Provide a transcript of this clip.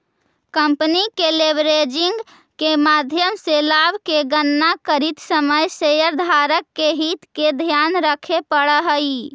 company के leveraging के माध्यम से लाभ के गणना करित समय शेयरधारक के हित के ध्यान रखे पड़ऽ हई